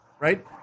Right